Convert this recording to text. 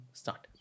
start